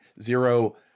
zero